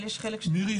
אבל יש חלק --- מירי,